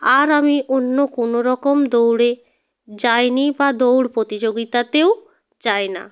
আর আমি অন্য কোনো রকম দৌড়ে যাই নি বা দৌড় প্রতিযোগিতাতেও যায় না